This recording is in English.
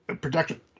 production